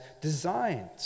designed